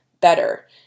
better